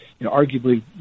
arguably